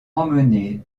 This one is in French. emmener